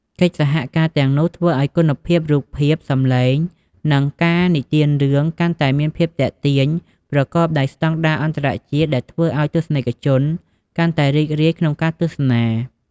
កិច្ចសហការទាំងអស់នោះធ្វើឲ្យគុណភាពរូបភាព សំឡេង និងការនិទានរឿង កាន់តែមានភាពទាក់ទាញ ប្រកបដោយស្តង់ដារអន្តរជាតិ ដែលធ្វើឱ្យទស្សនិកជនកាន់តែរីករាយក្នុងការទស្សនា។